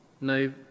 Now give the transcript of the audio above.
No